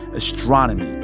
astronomy,